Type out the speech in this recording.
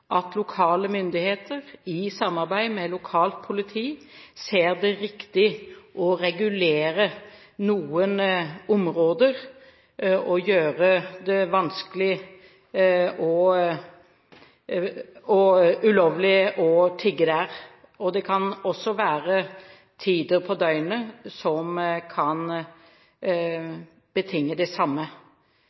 at lokale myndigheter i samarbeid med lokalt politi ser det riktig å regulere noen områder og gjøre det vanskelig og ulovlig å tigge der. Det kan også være tider på døgnet som kan betinge det samme.